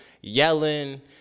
yelling